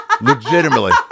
Legitimately